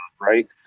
right